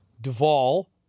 Duvall